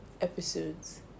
episodes